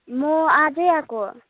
म आजै आएको